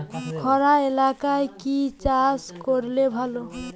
খরা এলাকায় কি চাষ করলে ভালো?